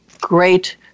great